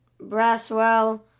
Braswell